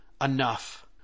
enough